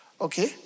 Okay